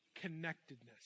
Connectedness